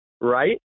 right